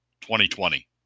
2020